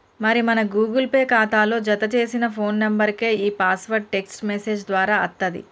మరి మన Google Pay ఖాతాలో జతచేసిన ఫోన్ నెంబర్కే ఈ పాస్వర్డ్ టెక్స్ట్ మెసేజ్ దారా అత్తది